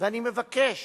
אני מבקש